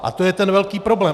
A to je ten velký problém.